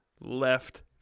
Left